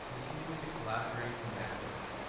continuing to collaborate and network.